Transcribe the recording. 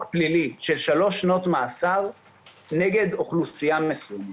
פלילי של 3 שנות מאסר נגד אוכלוסייה מסוימת.